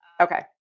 Okay